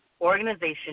organization